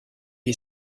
est